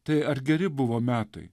tai ar geri buvo metai